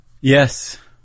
Yes